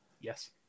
Yes